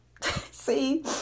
see